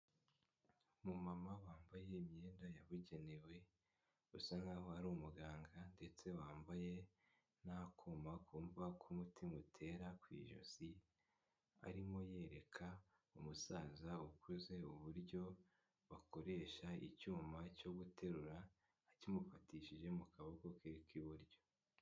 Umumama wambaye imyenda yabugenewe, usa nk nkaho ari umuganga ndetse wambaye n'akuma kumva uko mutima utera mu ijosi, arimo yereka umusaza ukuze uburyo bakoresha icyuma cyo guterura akimufatishije mu kaboko ke k'iburyo.